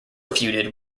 feuded